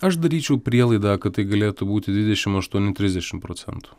aš daryčiau prielaidą kad tai galėtų būti dvidešimt aštuoni trisdešimt procentų